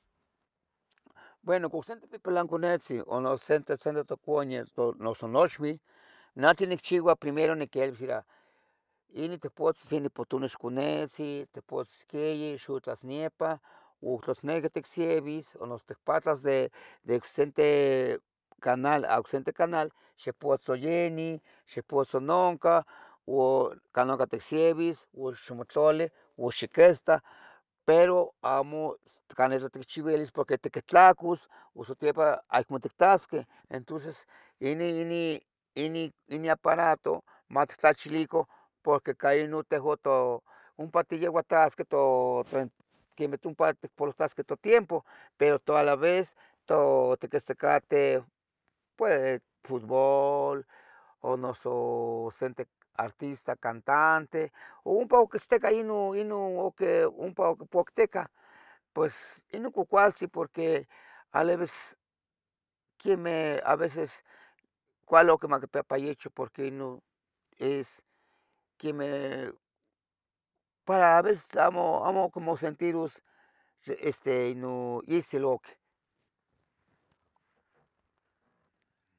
Bueno, coh sente tipelan cunetzin o no sente, sente to cunieu. noso noxvih, nah tlin nichiua, primero niquelvia, inin tipotztzin. conetzin, tipotz queyeh, yutlax niepa u tla. ticnequi ticsievis o noso ticpatlas, de, de ocsente canal o. ocsente canal, xipotzo yenin, xipotzo noncan u can nuncan. ticsievis, u xomotlole u xiquesta, pero amo caneh sa tecchevelis. porque tiquehtlacus osotepan aihmo tictasqueh Entunces, inin, inin, inin. inin aparatoh, mattlachilicoh, porque. ca inun tehoan to, ompa tiyeuatasqueh, to, tlin, quemeh tumpa. ticpolohtasqueh tutiempoh, pero to a la vez, to, tiquitzticateh. pues futbool, o noso, sente artista cantante, u ompa. quitztecah inun, inun o queh ompa pocticah, pues inun cuacualtzen. porque, aleves quiemeh, a veces cuale oc maquipiahpa icho, porque inun. is, quiemeh, para aveces amo, amo ocmosentiros, de este inun icel oc